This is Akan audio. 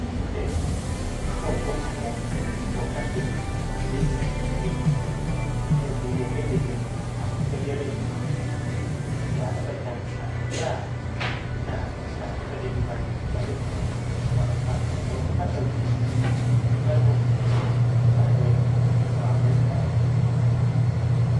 Megye dzi dɛ fone do nkɔmmɔ wɔ kasa mu ye sen "message". Saintsir nye dɛ "message" n' atsenka biara nnyim m' ntsi dza ebɛka n' annyɛ a na atsenka epɛ dɛ nyimpa n' dze ka ho n' ɔammfa annka ho. Na mbom kasa dze nyimpa no bohu atsenka a ɛdze reka na ɔama ne ntseasee no so ada edzi yie.